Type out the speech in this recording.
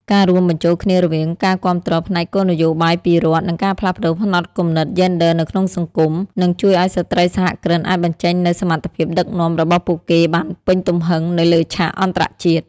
ការរួមបញ្ចូលគ្នារវាងការគាំទ្រផ្នែកគោលនយោបាយពីរដ្ឋ និងការផ្លាស់ប្តូរផ្នត់គំនិតយេនឌ័រនៅក្នុងសង្គម នឹងជួយឱ្យស្ត្រីសហគ្រិនអាចបញ្ចេញនូវសមត្ថភាពដឹកនាំរបស់ពួកគេបានពេញទំហឹងនៅលើឆាកអន្តរជាតិ។